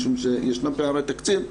משום שישנם פערי תקציב,